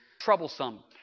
troublesome